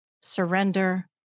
surrender